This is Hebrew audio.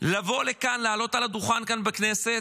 לבוא לכאן, לעלות על הדוכן כאן בכנסת,